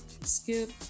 skip